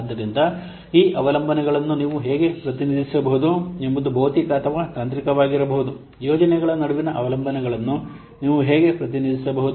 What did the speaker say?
ಆದ್ದರಿಂದ ಈ ಅವಲಂಬನೆಗಳನ್ನು ನೀವು ಹೇಗೆ ಪ್ರತಿನಿಧಿಸಬಹುದು ಎಂಬುದು ಭೌತಿಕ ಅಥವಾ ತಾಂತ್ರಿಕವಾಗಿರಬಹುದು ಯೋಜನೆಗಳ ನಡುವಿನ ಅವಲಂಬನೆಗಳನ್ನು ನೀವು ಹೇಗೆ ಪ್ರತಿನಿಧಿಸಬಹುದು